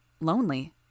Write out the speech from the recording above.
Lonely